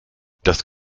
das